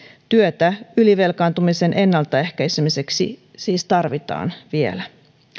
työtä ylivelkaantumisen ennaltaehkäisemiseksi siis tarvitaan vielä